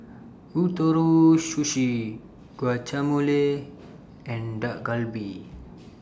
Ootoro Sushi Guacamole and Dak Galbi